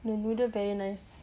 the noodle very nice